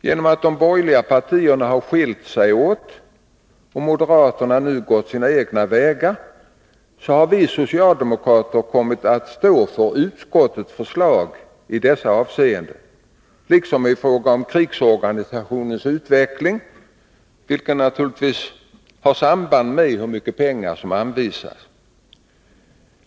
Genom att de borgerliga partierna har skilt sig åt och moderaterna nu har gått sina egna vägar har vi socialdemokrater kommit att stå för utskottets förslag i dessa avseenden liksom i fråga om krigsorganisationens utveckling, vilken naturligtvis har samband med hur mycket pengar som anvisas.